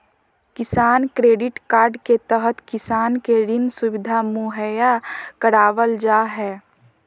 किसान credit card के तहत किसान के ऋण सुविधा मुहैया करावल जा हय